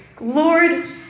Lord